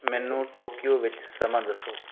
ਮੈਨੂੰ ਟੋਕੀਓ ਵਿੱਚ ਸਮਾਂ ਦੱਸੋ